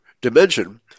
dimension